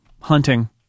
hunting